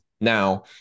now